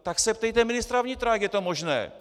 Tak se ptejte ministra vnitra, jak je to možné.